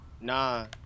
Nah